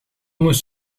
moest